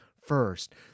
first